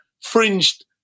fringed